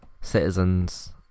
citizens